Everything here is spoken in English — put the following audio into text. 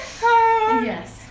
Yes